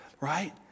right